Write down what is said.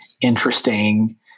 interesting